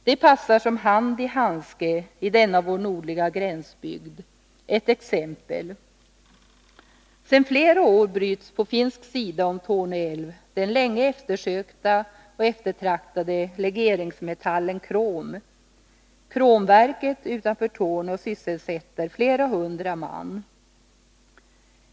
Det passar som hand i handske i denna vår nordliga gränsbygd. Jag kan ta ett exempel. Sedan flera år bryts på finsk sida om Torne älv den länge eftersökta och eftertraktade legeringsmetallen krom. Kromverket utanför Torneå sysselsätter flera hundra man.